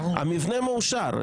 המבנה מאושר,